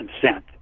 consent